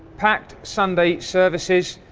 packed sunday services,